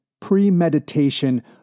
premeditation